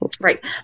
right